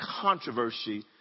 controversy